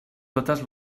totes